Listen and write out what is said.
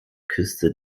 küste